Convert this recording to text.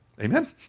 Amen